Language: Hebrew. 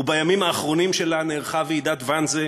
ובימים האחרונים שלה נערכה ועידת ואנזה,